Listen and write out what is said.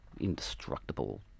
indestructible